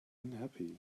unhappy